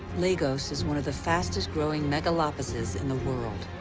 lagos is one of the fastest growing megalopolises in the world.